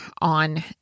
on